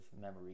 memory